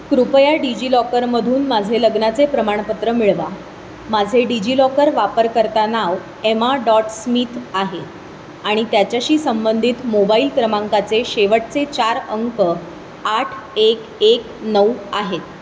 कृपया डिजि लॉकरमधून माझे लग्नाचे प्रमाणपत्र मिळवा माझे डिजि लॉकर वापरकर्ता नाव एमा डॉट स्मिथ आहे आणि त्याच्याशी संबंधित मोबाईल क्रमांकाचे शेवटचे चार अंक आठ एक एक नऊ आहेत